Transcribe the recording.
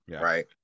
right